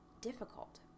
difficult